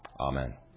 Amen